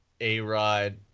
A-Rod